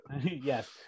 Yes